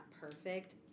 perfect